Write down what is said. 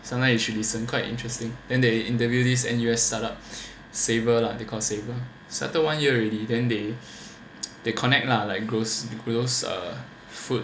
sometimes you should listen quite interesting then they interview this N_U_S start up Saver lah they called Saver started one year already then they they connect lah like those those uh food